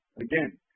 again